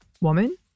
woman